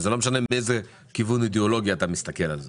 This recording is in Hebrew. וזה לא משנה מאיזה כיוון אידיאולוגי אתה מסתכל על זה.